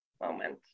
moment